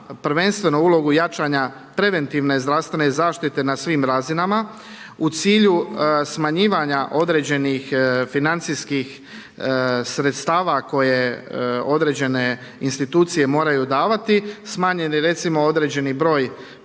prvenstveno ulogu jačanja preventivne zdravstvene zaštite na svim razinama u cilju smanjivanja određenih financijskih sredstava koje određene institucije moraju davati. Smanjen je recimo određeni broj